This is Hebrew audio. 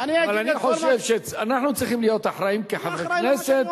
אבל אנחנו צריכים להיות אחראיים כחברי כנסת,